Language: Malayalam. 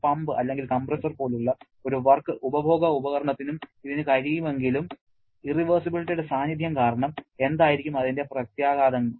ഒരു പമ്പ് അല്ലെങ്കിൽ കംപ്രസ്സർ പോലുള്ള ഒരു വർക്ക് ഉപഭോഗ ഉപകരണത്തിനും ഇതിന് കഴിയുമെങ്കിലും ഇറവെർസിബിലിറ്റിയുടെ സാന്നിധ്യം കാരണം എന്തായിരിക്കും അതിന്റെ പ്രത്യാഘാതങ്ങൾ